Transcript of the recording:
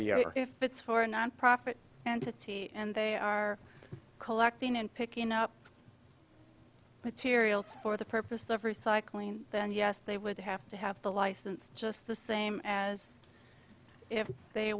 know if it's for a nonprofit entity and they are collecting and picking up materials for the purpose of recycling then yes they would have to have the license just the same as if they